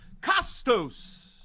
Costos